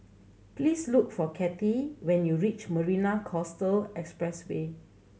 please look for Kattie when you reach Marina Coastal Expressway